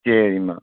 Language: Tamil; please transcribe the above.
சரிம்மா